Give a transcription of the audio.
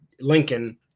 Lincoln